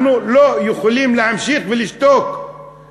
אנחנו לא יכולים להמשיך ולשתוק,